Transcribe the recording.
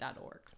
org